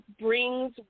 brings